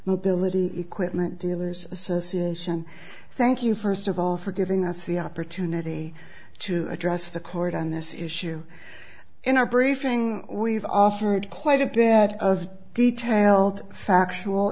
mobility equipment dealers association thank you first of all for giving us the opportunity to address the court on this issue in our briefing we've offered quite a bit of detailed factual